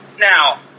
Now